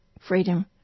Freedom